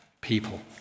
people